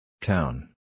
Town